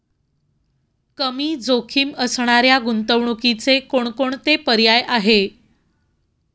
कमी जोखीम असणाऱ्या गुंतवणुकीचे कोणकोणते पर्याय आहे?